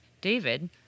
David